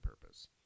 purpose